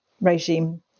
regime